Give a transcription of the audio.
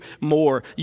more